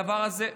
הדבר הזה,